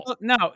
No